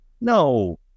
No